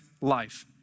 life